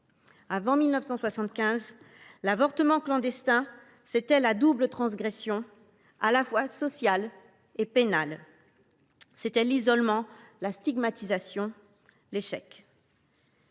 Avant 1975, l’avortement clandestin, c’était la double transgression, à la fois sociale et pénale. C’était l’isolement, la stigmatisation, l’échec